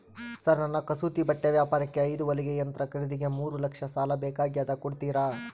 Sir ನನ್ನ ಕಸೂತಿ ಬಟ್ಟೆ ವ್ಯಾಪಾರಕ್ಕೆ ಐದು ಹೊಲಿಗೆ ಯಂತ್ರ ಖರೇದಿಗೆ ಮೂರು ಲಕ್ಷ ಸಾಲ ಬೇಕಾಗ್ಯದ ಕೊಡುತ್ತೇರಾ?